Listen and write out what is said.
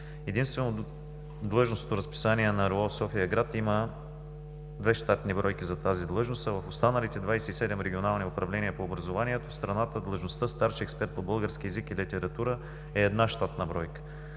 Единствено в длъжностното разписание на РУО – София-град, има две щатни бройки за тази длъжност, а в останалите 27 регионални управления по образованието в страната длъжността „старши експерт по български език и литература“ е една щатна бройка.